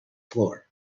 floor